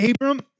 Abram